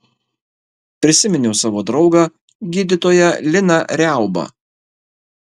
prisiminiau savo draugą gydytoją liną riaubą